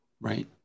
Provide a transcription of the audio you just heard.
right